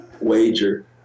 Wager